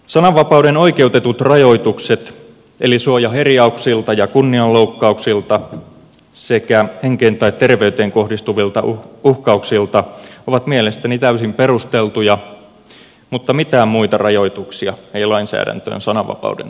sananvapauden oikeutetut rajoitukset eli suoja herjauksilta ja kunnianloukkauksilta sekä henkeen tai terveyteen kohdistuvilta uhkauksilta ovat mielestäni täysin perusteltuja mutta mitään muita rajoituksia ei lainsäädäntöön sananvapauden suhteen tarvita